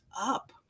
up